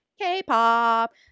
k-pop